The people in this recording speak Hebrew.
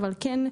אבל כן,